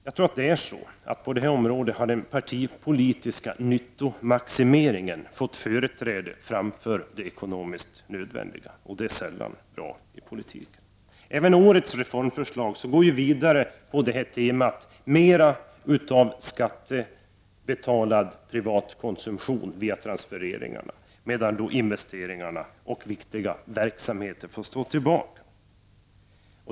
Jag tror att det är så att på det här området har den partipolitiska nyttomaximeringen fått företräde framför det ekonomiskt nödvändiga, och det är sällan bra för politiken. Även årets reformförslag går ju vidare på temat: mera av skattebetalad privatkonsumtion via transfereringar, medan investeringarna och viktiga verksamheter får stå tillbaka.